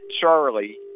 Charlie